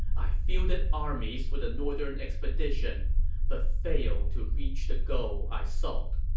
i fielded armies for the northern expedition but failed to reach the goal i sought.